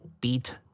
beat